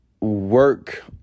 work